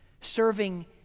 serving